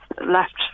left